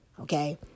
okay